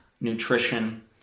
nutrition